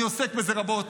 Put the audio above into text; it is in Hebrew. אני עוסק בזה רבות